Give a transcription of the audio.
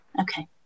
Okay